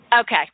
Okay